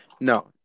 No